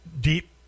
deep